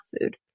food